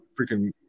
freaking